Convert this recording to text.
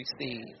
receive